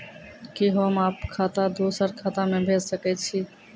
कि होम आप खाता सं दूसर खाता मे भेज सकै छी?